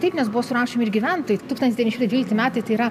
taip nes buvo surašomi ir gyventojai tūktsnatis devyni šimtai dvylikti metai tai yra